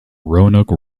roanoke